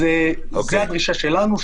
אז זו הדרישה שלנו,